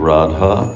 Radha